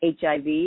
HIV